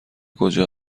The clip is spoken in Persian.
کجا